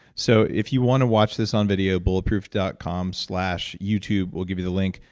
so if you want to watch this on video, bulletproof dot com slash youtube will give you the link,